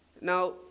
now